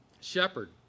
shepherd